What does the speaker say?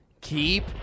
keep